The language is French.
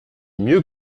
mieux